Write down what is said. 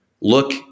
look